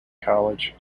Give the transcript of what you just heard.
college